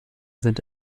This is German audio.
sind